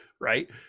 right